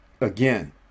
again